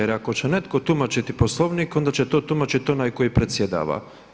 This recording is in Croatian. Jer ako će netko tumačiti Poslovnik onda će to tumačiti onaj koji predsjedava.